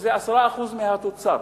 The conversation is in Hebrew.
שזה 10% מהתוצר.